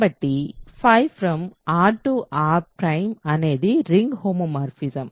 కాబట్టి R R ǀ అనేది ring homomorphism